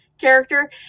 character